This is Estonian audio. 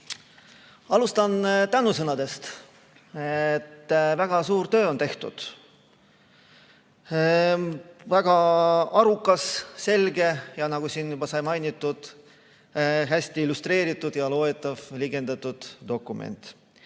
Alustan tänusõnadest. Väga suur töö on tehtud, väga arukas, selge, ja nagu siin juba sai mainitud, hästi illustreeritud ja loetav, liigendatud dokument.